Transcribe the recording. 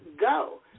go